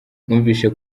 mwumvise